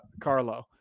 Carlo